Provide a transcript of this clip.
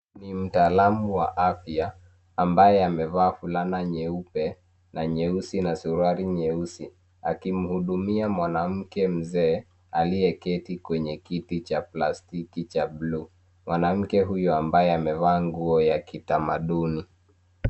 Ni mtaalamu wa afya ambaye amevaa fulana nyeupe na nyeusi na suruali nyeusi, akimhudumia mwanamke mzee, aliyeketi kwenye kiti cha plastiki cha blue . Mwanamke huyo ambaye amevaa nguo ya kitamaduni.